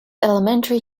elementary